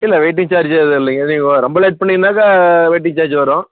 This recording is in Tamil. இல்லை வெயிட்டிங் சார்ஜ் எதுவும் இல்லைங்க ஏதும் நீங்கள் ரொம்ப லேட் பண்ணிங்கன்னாக்கால் வெயிட்டிங் சார்ஜ் வரும்